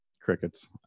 Crickets